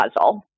puzzle